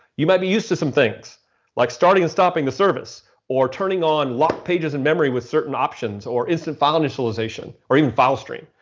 you might be used to some things like starting and stopping the service or turning on lock pages in memory with certain options or instant file initialization or even file stream,